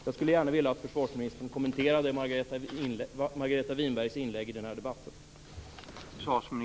Jag skulle gärna vilja att försvarsministern kommenterade Margareta Winbergs inlägg i debatten.